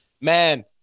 man